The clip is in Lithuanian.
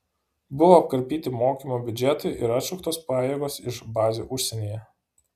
buvo apkarpyti mokymo biudžetai ir atšauktos pajėgos iš bazių užsienyje